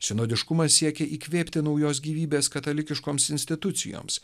sinodiškumas siekia įkvėpti naujos gyvybės katalikiškoms institucijoms